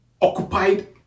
occupied